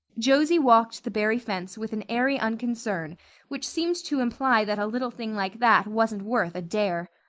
josie walked the barry fence with an airy unconcern which seemed to imply that a little thing like that wasn't worth a dare.